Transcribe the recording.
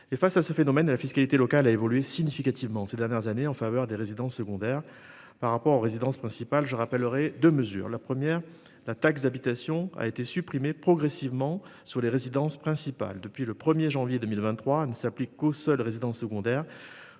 face à ce phénomène et la fiscalité locale a évolué significativement ces dernières années en faveur des résidences secondaires par rapport aux résidences principales, je rappellerai de mesures. La première, la taxe d'habitation a été supprimée progressivement sur les résidences principales. Depuis le 1er janvier 2023 ne s'applique qu'aux seuls résidents secondaires.